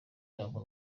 yabo